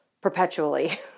perpetually